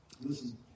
Listen